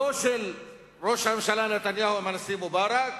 לא של ראש הממשלה נתניהו עם הנשיא מובארק